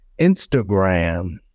Instagram